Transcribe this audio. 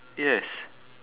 yes